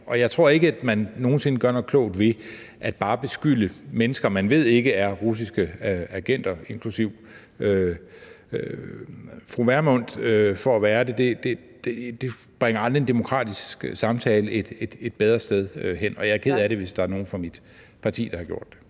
Jeg tror ikke, at man nogen sinde gør noget klogt ved bare at beskylde mennesker, man ved ikke er russiske agenter, inklusive fru Pernille Vermund, for at være det. Det bringer aldrig en demokratisk samtale et bedre sted hen. Jeg er ked af det, hvis der er nogen fra mit parti, der har gjort det.